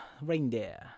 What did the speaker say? reindeer